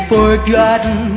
forgotten